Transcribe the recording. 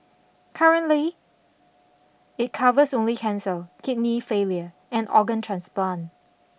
currently it covers only cancer kidney failure and organ transplant